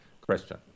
Christian